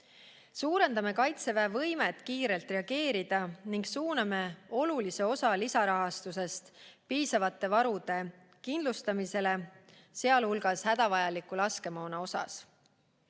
Suurendame Kaitseväe võimet kiirelt reageerida ning suuname olulise osa lisarahastusest piisavate varude kindlustamisele, sealhulgas hädavajaliku laskemoona jaoks.